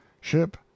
ship